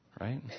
Right